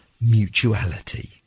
mutuality